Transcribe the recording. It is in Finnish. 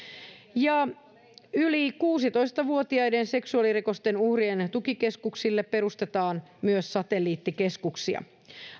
yli kuusitoista vuotiaiden seksuaalirikosten uhrien tukikeskuksille perustetaan myös satelliittikeskuksia